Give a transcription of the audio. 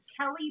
Kelly